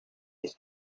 its